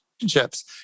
relationships